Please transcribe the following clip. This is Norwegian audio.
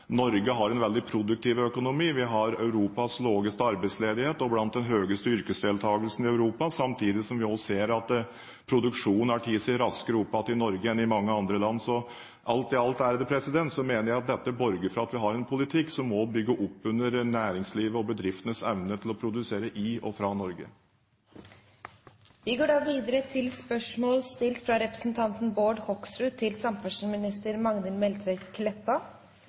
Norge har en veldig produktiv økonomi. Vi har Europas laveste arbeidsledighet og blant den høyeste yrkesdeltakelsen i Europa, samtidig som vi også ser at produksjonen har tatt seg raskere opp igjen i Norge enn i andre land. Alt i alt mener jeg dette borger for at vi har en politikk som må bygge opp under næringslivet og bedriftenes evne til å produsere i og fra Norge. Dette spørsmålet er overført til miljø- og utviklingsministeren som rette vedkommende. Spørsmålet er imidlertid utsatt til neste spørretime, da statsråden er bortreist. «En av de viktigste årsakene til